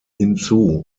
hinzu